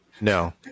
No